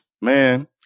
Man